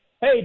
Hey